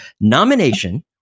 nomination